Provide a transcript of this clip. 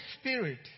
Spirit